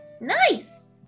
Nice